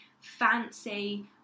fancy